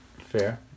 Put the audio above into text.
Fair